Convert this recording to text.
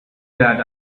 that